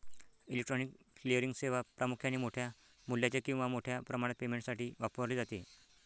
electronic clearing सेवा प्रामुख्याने मोठ्या मूल्याच्या किंवा मोठ्या प्रमाणात पेमेंटसाठी वापरली जाते